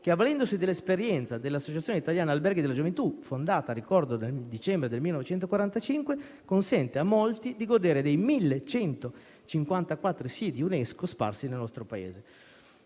che, avvalendosi dell'esperienza dell'Associazione italiana alberghi per la gioventù, fondata nel dicembre 1945, consente a molti di godere dei 1.154 siti UNESCO sparsi nel nostro Paese.